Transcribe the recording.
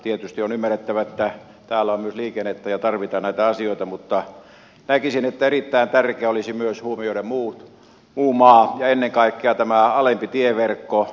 tietysti on ymmärrettävää että täällä on myös liikennettä ja tarvitaan näitä asioita mutta näkisin että erittäin tärkeää olisi myös huomioida muu maa ja ennen kaikkea alempi tieverkko